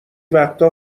وقتها